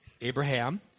Abraham